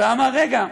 אמר: רגע,